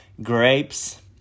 grapes